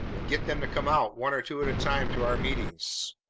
and get them to come out one or two at a time to our meetings,